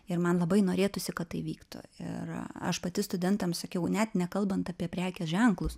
ir man labai norėtųsi kad tai įvyktų ir aš pati studentams sakiau net nekalbant apie prekės ženklus